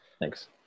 Thanks